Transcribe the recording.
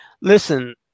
listen